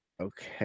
Okay